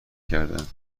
کردهاند